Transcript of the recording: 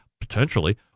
potentially